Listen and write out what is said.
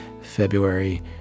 February